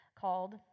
called